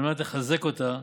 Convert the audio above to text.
על מנת לחזק אותה